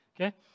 okay